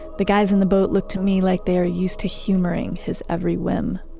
the guys in the boat look to me like they are used to humoring his every whim.